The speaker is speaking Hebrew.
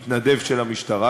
הוא מתנדב של המשטרה,